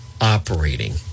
operating